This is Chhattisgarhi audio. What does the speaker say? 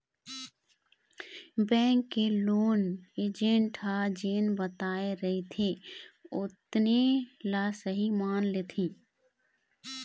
बेंक के लोन एजेंट ह जेन बताए रहिथे ओतने ल सहीं मान लेथे